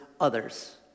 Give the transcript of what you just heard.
others